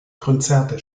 konzerte